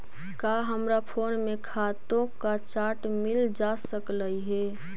का हमरा फोन में खातों का चार्ट मिल जा सकलई हे